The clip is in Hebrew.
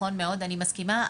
אני מסכימה.